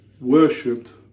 worshipped